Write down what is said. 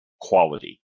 quality